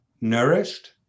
nourished